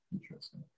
Interesting